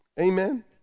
Amen